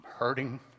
hurting